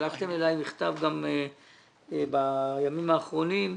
שלחתם אלי מכתב בימים האחרונים.